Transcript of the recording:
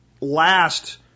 last